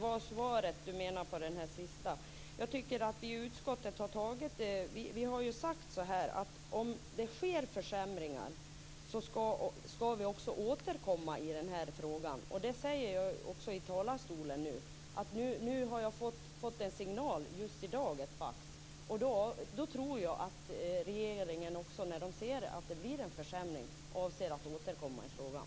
Fru talman! Vi i utskottet har sagt att om det sker försämringar skall vi återkomma i den här frågan. Det säger jag också i talarstolen. Nu har jag fått en signal. Just i dag har jag fått ett fax. Då tror jag att regeringen också, när den ser att det blir en försämring, avser att återkomma i frågan.